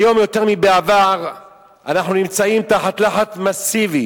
היום יותר מבעבר אנחנו נמצאים תחת לחץ מסיבי